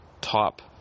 top